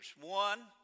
One